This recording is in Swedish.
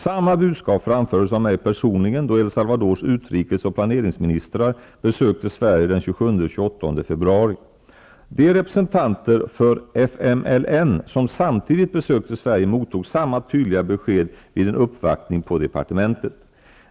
Samma budskap framfördes av mig personli gen då El Salvadors utrikes och planeringsministrar besökte Sverige den 27--28 februari. De representanter för FMLN som samtidigt besökte Sverige mottog samma tydliga besked vid en uppvaktning på departementet.